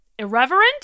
irreverent